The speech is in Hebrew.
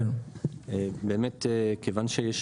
באמת מכיוון שיש